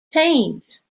teams